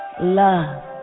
love